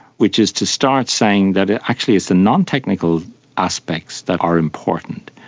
which is to start saying that it actually is the non-technical aspects that are important,